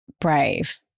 brave